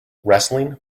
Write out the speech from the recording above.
wrestling